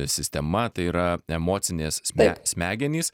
sistema tai yra emocinės sme smegenys